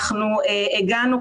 הגענו,